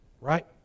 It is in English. right